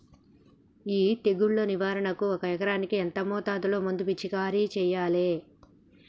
ఈ తెగులు నివారణకు ఒక ఎకరానికి ఎంత మోతాదులో మందు పిచికారీ చెయ్యాలే?